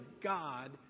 God